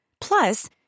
Plus